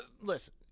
Listen